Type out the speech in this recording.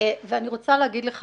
ואני רוצה להגיד לך,